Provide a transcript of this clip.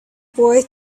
boy